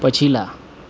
पछिला